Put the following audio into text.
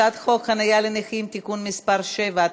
הצעת חוק חניה לנכים (תיקון מס' 7),